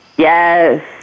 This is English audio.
Yes